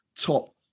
top